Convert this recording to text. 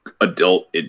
adult